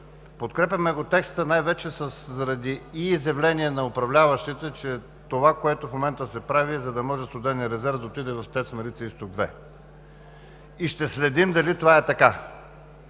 Подкрепяме текста най-вече заради изявления на управляващите, че това, което в момента се прави, е, за да може студеният резерв да отиде в ТЕЦ „Марица изток 2“. И ще следим, дали това е така!